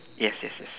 yes yes yes